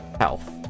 health